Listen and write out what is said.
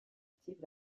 steve